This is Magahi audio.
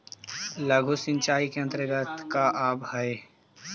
लघु सिंचाई के अंतर्गत का आव हइ?